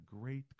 great